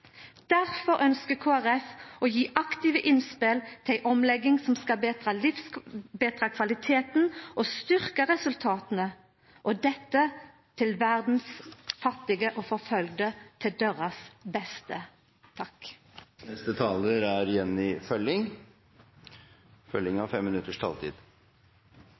å gje aktive innspel til ei omlegging som skal betra kvaliteten og styrkja resultata, dette til verdas fattige og forfølgde – til deira beste.